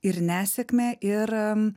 ir nesėkmę ir